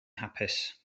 hapus